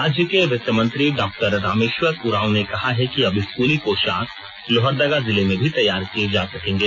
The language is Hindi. राज्य के वित्त मंत्री डॉ रामेश्वर उरांव ने कहा कि अब स्कूली पोशाक लोहरदगा जिले में भी तैयार किए जा सकेंगे